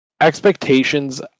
expectations